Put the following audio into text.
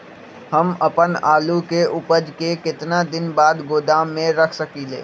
हम अपन आलू के ऊपज के केतना दिन बाद गोदाम में रख सकींले?